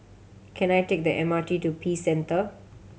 can I take the M R T to Peace Centre